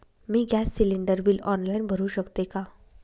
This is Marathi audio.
मी गॅस सिलिंडर बिल ऑनलाईन भरु शकते का?